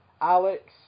Alex